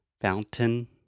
fountain